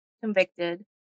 convicted